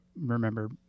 remember